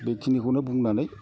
बेखिनिखौनो बुंनानै